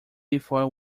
before